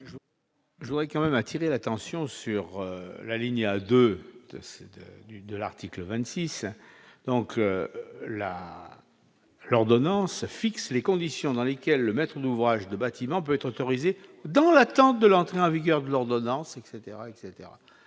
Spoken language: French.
Je voudrais quand même attirer l'attention sur la ligne A de de du de l'article 26 donc là. L'ordonnance fixe les conditions dans lesquelles le maître d'ouvrage de bâtiment peut être autorisé dans l'attente de l'entrée en vigueur de l'ordonnance etc